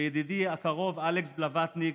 וידידי הקרוב אלכס בלווטניק,